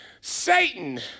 Satan